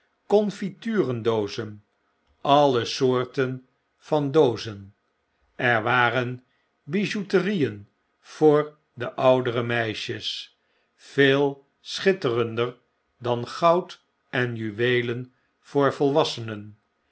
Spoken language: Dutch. confituren doozen alle soorten van doozen er waren bputerieen voor de oudere meisjes veel schitterender dan goudenjuweelen voor volwassenen